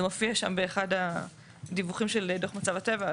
זה מופיע שם באחד הדיווחים של דוח מצב הטבע.